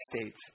States